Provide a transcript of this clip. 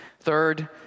Third